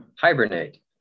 Hibernate